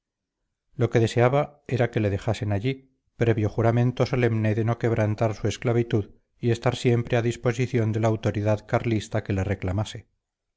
lo que deseaba era que le dejasen allí previo juramento solemne de no quebrantar su esclavitud y estar siempre a disposición de la autoridad carlista que le reclamase